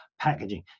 packaging